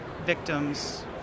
victims